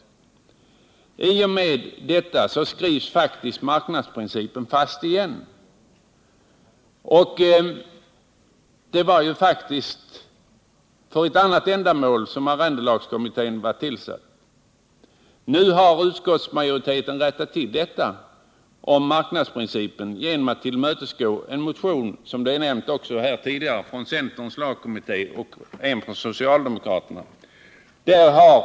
I och med detta skrivs marknadsprincipen fast igen, och det var ju faktiskt för att ta bort denna princip som arrendelagskommittén tillsattes. Nu har utskottsmajoriteten rättat till detta om marknadsprincipen genom att tillmötesgå en motion från centerns lagkommitté och en från socialdemokraterna.